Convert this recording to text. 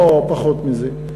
או פחות מזה.